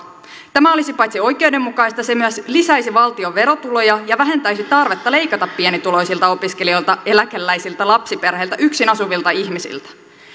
tämä olisi oikeudenmukaista se myös lisäisi valtion verotuloja ja vähentäisi tarvetta leikata pienituloisilta opiskelijoilta eläkeläisiltä lapsiperheiltä yksin asuvilta ihmisiltä